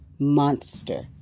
monster